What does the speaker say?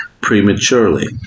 prematurely